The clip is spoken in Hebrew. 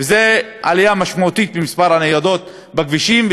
וזו עלייה משמעותית במספר הניידות בכבישים,